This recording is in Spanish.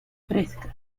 fresca